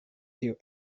tio